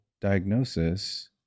diagnosis